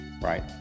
right